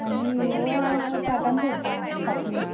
आनी ह्यो साठान धरता फांती